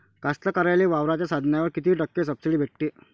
कास्तकाराइले वावराच्या साधनावर कीती टक्के सब्सिडी भेटते?